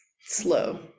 slow